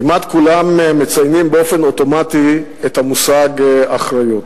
כמעט כולם מציינים באופן אוטומטי את המושג "אחריות".